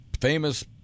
famous